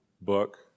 book